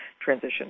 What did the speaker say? transition